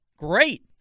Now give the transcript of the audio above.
Great